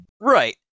Right